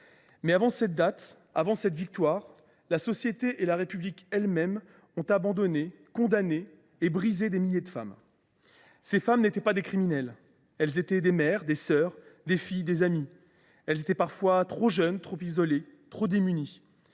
Mais avant cette date, avant cette victoire, la société et la République elles mêmes ont abandonné, condamné et brisé des milliers de femmes. Ces femmes n’étaient pas des criminelles. Elles étaient des mères, des sœurs, des filles, des amies. Elles étaient parfois trop jeunes, trop isolées, trop démunies.